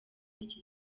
n’iki